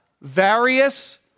Various